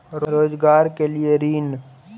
रोजगार के लिए ऋण?